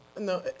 No